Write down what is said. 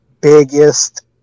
biggest